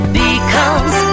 becomes